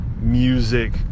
music